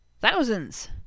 thousands